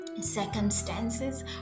circumstances